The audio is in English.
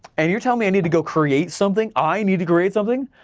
and you're telling me i need to go create something, i need to create something?